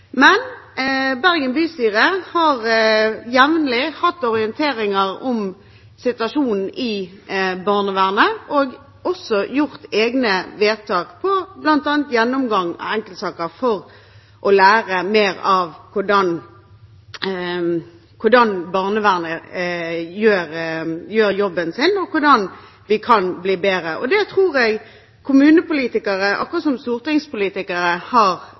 Men Bergen bystyre har jevnlig hatt orienteringer om situasjonen i barnevernet og også gjort egne vedtak om bl.a. gjennomgang av enkeltsaker for å lære mer av hvordan barnevernet gjør jobben sin, og hvordan vi kan bli bedre. Det tror jeg kommunepolitikere, akkurat som stortingspolitikere, har